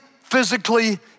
physically